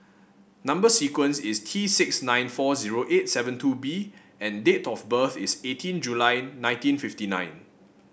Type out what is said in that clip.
number sequence is T six nine four zero eight seven two B and date of birth is eighteen July nineteen fifty nine